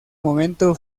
momento